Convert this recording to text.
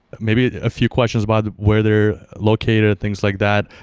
maybe a few questions about where they're located and things like that.